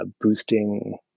boosting